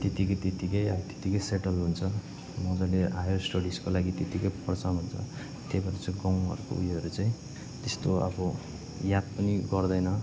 त्यत्तिकै त्यत्तिकै अब त्यत्तिकै सेटल हुन्छ मज्जाले हायर स्टडिजको लागि त्यत्तिकै हुन्छ त्यही भएर चाहिँ गाउँ घरको उयोहरू चाहिँ त्यस्तो अब याद पनि गर्दैन